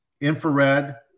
infrared